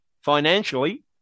financially